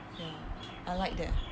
ya I like that